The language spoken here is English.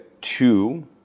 two